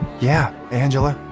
yeah, angela.